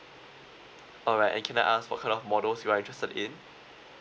alright and can I ask what kind of models you are interested in